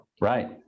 Right